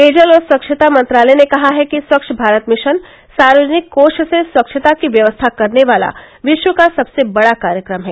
पेयजल और स्वच्छता मंत्रालय ने कहा है कि स्वच्छ भारत मिशन सार्वजनिक कोष से स्वच्छता की व्यवस्था करने वाला विश्व का सबसे बडा कार्यक्रम है